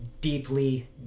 deeply